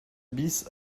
bis